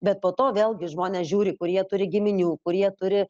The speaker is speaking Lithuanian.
bet po to vėlgi žmonės žiūri kur jie turi giminių kur jie turi